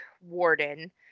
Warden